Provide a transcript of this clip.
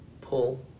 pull